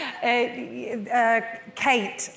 Kate